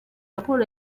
raporo